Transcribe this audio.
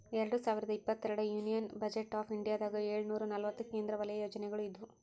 ಎರಡ್ ಸಾವಿರದ ಇಪ್ಪತ್ತೆರಡರ ಯೂನಿಯನ್ ಬಜೆಟ್ ಆಫ್ ಇಂಡಿಯಾದಾಗ ಏಳುನೂರ ನಲವತ್ತ ಕೇಂದ್ರ ವಲಯ ಯೋಜನೆಗಳ ಇದ್ವು